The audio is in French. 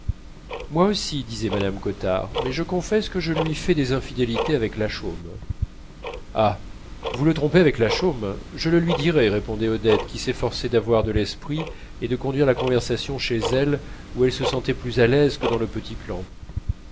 moi aussi disait mme cottard mais je confesse que je lui fais des infidélités avec lachaume ah vous le trompez avec lachaume je lui dirai répondait odette qui s'efforçait d'avoir de l'esprit et de conduire la conversation chez elle où elle se sentait plus à l'aise que dans le petit clan